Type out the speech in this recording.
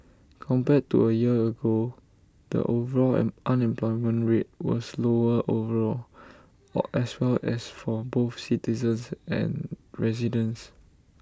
compared to A year ago the overall unemployment rate was lower overall as well as for both citizens and residents